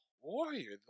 Warrior